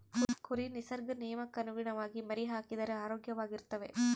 ಕುರಿ ನಿಸರ್ಗ ನಿಯಮಕ್ಕನುಗುಣವಾಗಿ ಮರಿಹಾಕಿದರೆ ಆರೋಗ್ಯವಾಗಿರ್ತವೆ